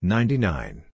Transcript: Ninety-nine